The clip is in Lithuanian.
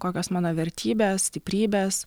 kokios mano vertybės stiprybės